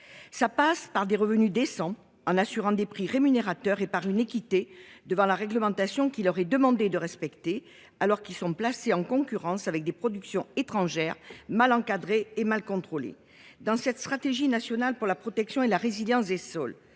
Cela passe par des revenus décents, en assurant des prix rémunérateurs, et par une équité devant la réglementation qu’il leur est demandé de respecter, alors qu’ils sont placés en concurrence avec des productions étrangères mal encadrées et mal contrôlées. Dans le cadre de l’élaboration de la stratégie nationale pour la protection et la résilience des sols,